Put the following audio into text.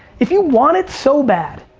if you want it so bad,